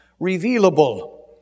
revealable